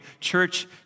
Church